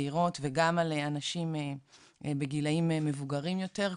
צעירות וגם על אנשים בגילאים מבוגרים יותר,